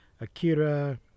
Akira